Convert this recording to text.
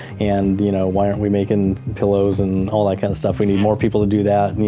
and you know why aren't we making pillows and all that kind of stuff? we need more people to do that,